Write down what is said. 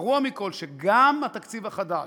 והגרוע מכול, שגם התקציב החדש,